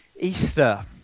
Easter